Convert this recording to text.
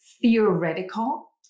theoretical